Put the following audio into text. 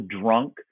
drunk